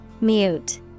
Mute